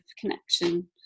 connection